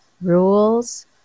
Rules